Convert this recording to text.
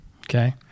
Okay